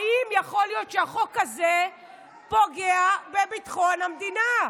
האם יכול להיות שהחוק הזה פוגע בביטחון המדינה?